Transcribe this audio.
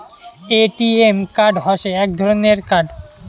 ATM card হসে এক ধরণের কার্ড